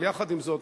אבל יחד עם זאת,